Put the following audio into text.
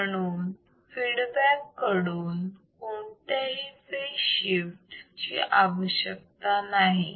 म्हणून फीडबॅक कडून कोणत्याही फेज शिफ्ट ची आवश्यकता नाही आहे